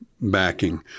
backing